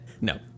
No